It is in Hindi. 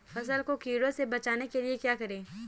फसल को कीड़ों से बचाने के लिए क्या करें?